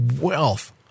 wealth